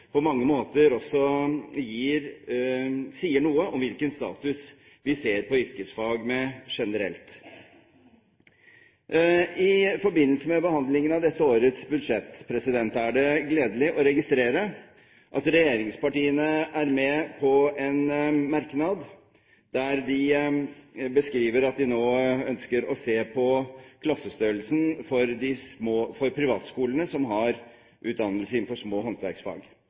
på mange måter sier noe om hvilken status vi ser på yrkesfag med generelt. I forbindelse med behandlingen av dette årets budsjett er det gledelig å registrere at regjeringspartiene er med på en merknad der de beskriver at de nå ønsker å se på klassestørrelsen for privatskolene som har utdannelse innenfor små håndverksfag.